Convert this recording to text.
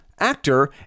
actor